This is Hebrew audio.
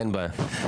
אין בעיה.